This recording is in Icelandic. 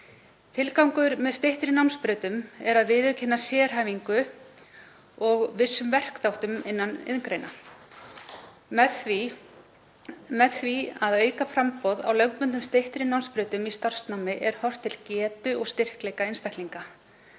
Tilgangurinn með styttri námsbrautum er að viðurkenna sérhæfingu í vissum verkþáttum innan iðngreina. Með því að auka framboð á lögbundnum styttri námsbrautum í starfsnámi er horft til getu og styrkleika einstaklinga,